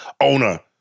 owner